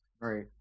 Right